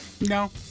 no